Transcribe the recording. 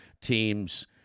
teams